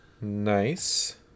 Nice